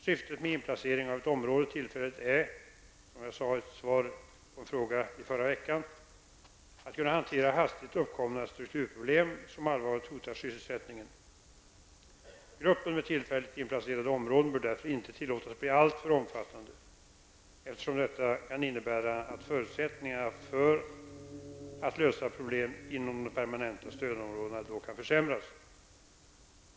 Syftet med inplacering av ett område tillfälligt är, som jag sade i ett svar på en fråga i förra veckan, att kunna hantera hastigt uppkomna strukturproblem som allvarligt hotar sysselsättningen. Gruppen med tillfälligt inplacerade områden bör dock inte tillåtas bli alltför omfattande, eftersom detta kan innebära att förutsättningarna för att lösa problemen inom de permanenta stödområdena då kan försämras.